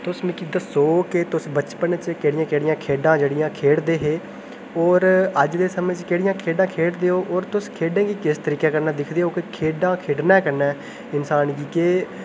तुस मिकी दस्सो कि तुस बचपन च केह् केह् खेढां खेढदे हे और अज्ज दे समें च तुस केह्ड़ियां खेढां खेढदे ओ और तुस खेढें गी किस तरिके कन्नै दिखदे ओ के खेढां खैढने कन्नै इंसान गी केह् फायदे होंदे